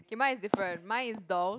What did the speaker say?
your mind is different mine is those